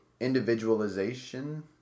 individualization